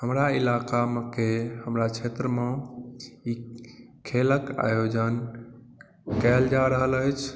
हमरा ईलाकामेके हमरा क्षेत्रमे ई खेलक आयोजन कयल जा रहल अछि